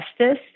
justice